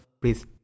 please